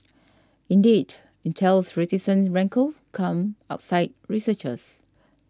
indeed Intel's reticence rankled come outside researchers